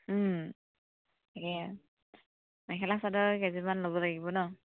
এইয়া মেখেলা চাদৰ কেইযোৰমান ল'ব লাগিব ন'